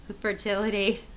fertility